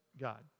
God